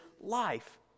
life